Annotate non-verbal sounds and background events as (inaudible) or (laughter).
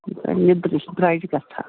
یہِ (unintelligible) درۄجہِ گژھان